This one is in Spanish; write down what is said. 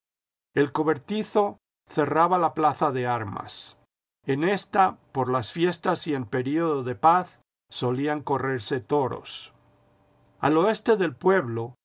el cobertizo cerraba la plaza de armas en ésta por las fiestas y en período de paz solían correrse toros al oeste del pueblo